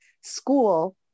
school